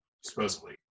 supposedly